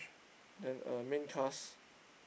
then uh main cast